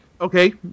Okay